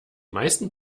meisten